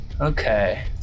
Okay